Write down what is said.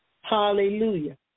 Hallelujah